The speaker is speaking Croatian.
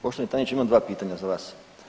Poštovani tajniče imam dva pitanja za vas.